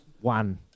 one